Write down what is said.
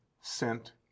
sent